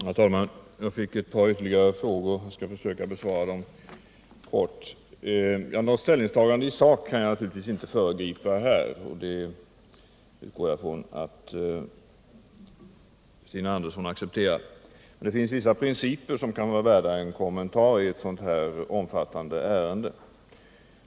Herr talman! Jag fick ytterligare ett par frågor, och jag skall försöka besvara dem kortfattat. Ställningstagandet i sak kan jag naturligtvis inte föregripa — det utgår jag ifrån att Stina Andersson accepterar — men det finns vissa principer som kan vara värda en kommentar i ett sådant omfattande ärende som detta.